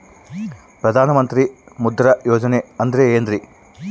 ಪ್ರಧಾನ ಮಂತ್ರಿ ಮುದ್ರಾ ಯೋಜನೆ ಅಂದ್ರೆ ಏನ್ರಿ?